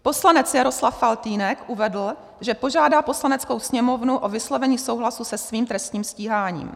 Poslanec Jaroslav Faltýnek uvedl, že požádá Poslaneckou sněmovnu o vyslovení souhlasu se svým trestním stíháním.